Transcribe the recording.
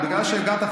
בגלל שהגעת,